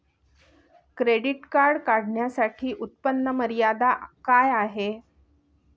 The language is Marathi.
क्रेडिट कार्ड काढण्यासाठी उत्पन्न मर्यादा काय आहे?